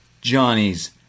Johnny's